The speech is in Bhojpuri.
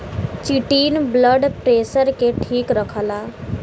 चिटिन ब्लड प्रेसर के ठीक रखला